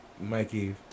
Mikey